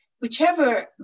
whichever